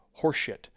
horseshit